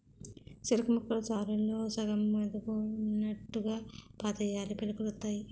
సెరుకుముక్కలు సాలుల్లో సగం మీదకున్నోట్టుగా పాతేయాలీ పిలకలొత్తాయి